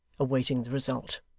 awaiting the result.